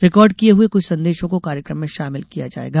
record किये हुए कुछ संदेशों को कार्यक्रम में शामिल किया जायेगा